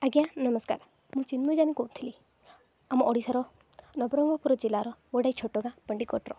ଆଜ୍ଞା ନମସ୍କାର ମୁଁ ଚିନ୍ମୟୀ ଯାନ୍ କହୁଥିଲି ଆମ ଓଡ଼ିଶାର ନବରଙ୍ଗପୁର ଜିଲ୍ଲାର ଗୋଟେ ଛୋଟ ଗାଁ ପଣ୍ଡିକଟର